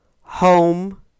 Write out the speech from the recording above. home